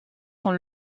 sont